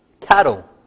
cattle